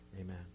Amen